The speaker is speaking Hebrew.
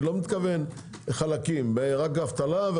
אני לא מתכוון רק אבטלה חלקים,